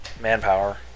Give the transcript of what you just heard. manpower